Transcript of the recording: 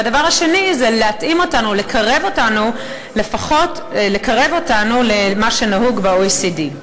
והדבר השני זה להתאים אותנו או לפחות לקרב אותנו למה שנהוג ב-OECD.